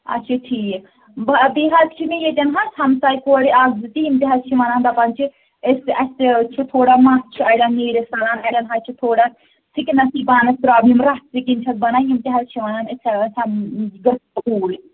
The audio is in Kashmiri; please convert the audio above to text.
اچھا ٹھیٖک بہٕ بیٚیہِ حظ چھِ مےٚ ییٚتٮ۪ن حظ ہَمساے کورِ اَکھ زٕ تہِ یِم تہِ حظ چھِ وَنان دَپان چھِ أسۍ تہِ اَسہِ تہِ چھِ تھوڑا مَس چھُ اَڑٮ۪ن نیٖرِتھ ژَلان اَڑٮ۪ن حظ چھِ تھوڑا سِکِنَسٕے پانَس پرٛابلِم رف سِکِن چھَکھ بَنان یِم تہِ حظ چھِ وَنان أسۍ گژھوٗ اوٗرۍ